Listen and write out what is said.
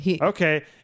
Okay